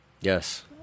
Yes